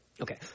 Okay